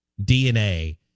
DNA